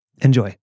Enjoy